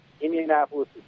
Indianapolis